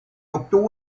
obtuvo